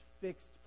fixed